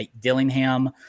Dillingham